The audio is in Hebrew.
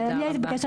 תודה.